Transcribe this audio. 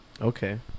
okay